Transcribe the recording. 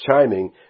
chiming